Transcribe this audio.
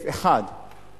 1,000, אחד.